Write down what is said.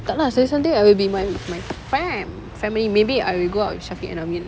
tak lah saturday sunday I will be with my my fam family maybe I will go out with syafiq and amin